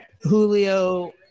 Julio